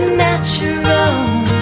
natural